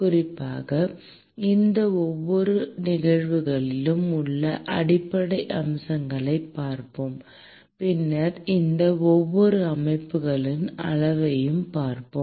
குறிப்பாக இந்த ஒவ்வொரு நிகழ்வுகளிலும் உள்ள அடிப்படை அம்சங்களைப் பார்ப்போம் பின்னர் இந்த ஒவ்வொரு அமைப்புகளின் அளவையும் பார்ப்போம்